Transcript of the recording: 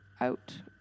out